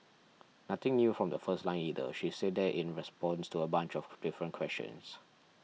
nothing new from the first line either she's said that in response to a bunch of different questions